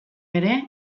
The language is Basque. ere